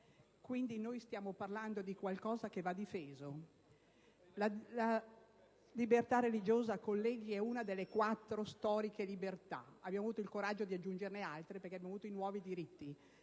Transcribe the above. Quindi noi stiamo parlando di qualcosa che va difeso. La libertà religiosa, colleghi, è una delle quattro storiche libertà. Abbiamo avuto il coraggio di aggiungerne perché vi sono i nuovi diritti.